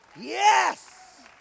Yes